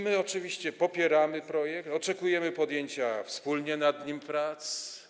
My oczywiście popieramy projekt, oczekujemy podjęcia wspólnie nad nim prac.